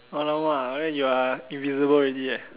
!alamak! then you are invisible already eh